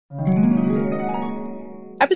Episode